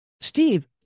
steve